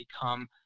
become